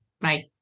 Bye